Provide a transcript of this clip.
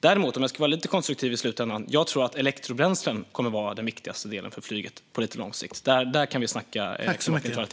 Om jag ska vara lite konstruktiv i slutändan tror jag att elektrobränslen kommer att vara den viktigaste delen för flyget på lång sikt.